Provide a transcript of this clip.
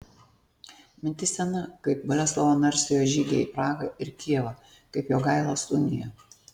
mintis sena kaip boleslovo narsiojo žygiai į prahą ir kijevą kaip jogailos unija